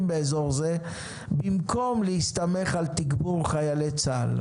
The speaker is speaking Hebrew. באזור זה במקום להסתמך על תגבור חיילי צה"ל".